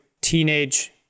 teenage